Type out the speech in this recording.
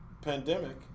pandemic